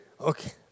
Okay